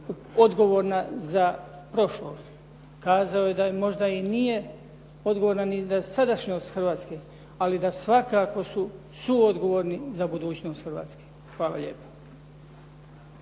odgovorna za prošlost, kazao je da možda i nije odgovorna i za sadašnjost Hrvatske, ali da svakako su suodgovorni za budućnost Hrvatske. Hvala lijepa.